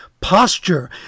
posture